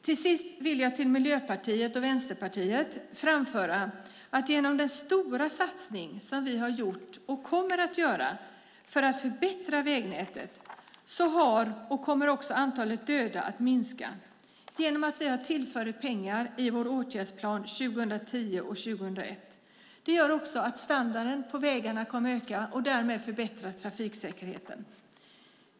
Till sist vill jag till Miljöpartiet och Vänsterpartiet framföra att genom den stora satsning som vi har gjort och kommer att göra för att förbättra vägnätet har antalet döda minskat och kommer att minska genom att vi har tillfört pengar i vårt åtgärdsplan för 2010-2021. Det gör också att standarden på vägarna kommer att förbättras, och därmed ökar trafiksäkerheten.